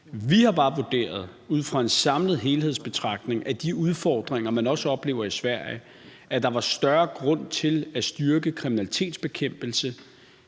Vi har bare vurderet ud fra en samlet helhedsbetragtning med de udfordringer, man også oplever i Sverige, at der var større grund til at styrke kriminalitetsbekæmpelse